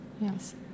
Yes